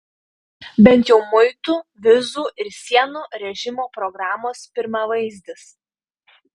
bent jau muitų vizų ir sienų režimo programos pirmavaizdis